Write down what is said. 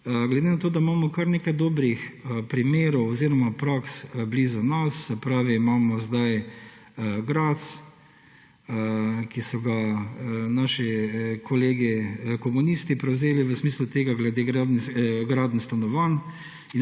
glede na to, da imamo kar nekaj dobrih primerov oziroma praks blizu nas; se pravi, imamo sedaj Gradec, ki so ga naši kolegi komunisti prevzeli v smislu tega glede gradenj stanovanj